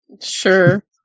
Sure